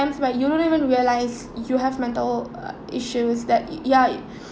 ~imes you don't even realise you have mental uh issues like ya